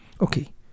Okay